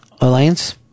Alliance